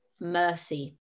mercy